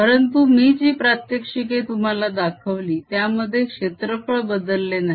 परंतु मी जी प्रात्याक्षिके तुम्हाला दाखवली त्यामध्ये क्षेत्रफळ बदलले नाही